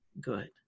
good